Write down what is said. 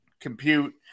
compute